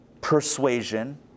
persuasion